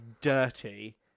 dirty